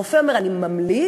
הרופא אומר: אני ממליץ,